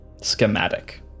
schematic